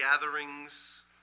gatherings